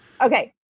Okay